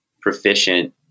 proficient